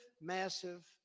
massive